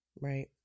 Right